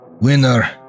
Winner